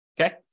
Okay